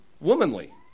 womanly